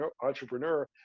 entrepreneur